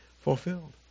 fulfilled